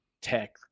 tech